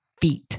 feet